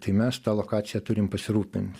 tai mes ta lokacija turim pasirūpint